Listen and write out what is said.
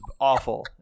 awful